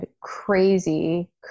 crazy